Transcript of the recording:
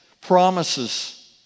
promises